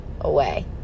away